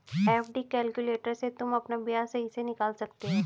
FD calculator से तुम अपना ब्याज सही से निकाल सकते हो